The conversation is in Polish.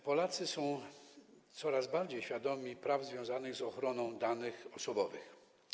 Polacy są coraz bardziej świadomi praw związanych z ochroną danych osobowych.